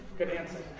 good answer.